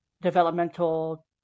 developmental